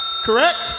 Correct